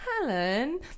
Helen